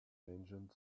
ancient